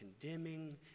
condemning